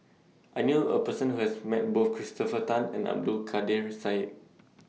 I knew A Person Who has Met Both Christopher Tan and Abdul Kadir Syed